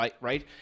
right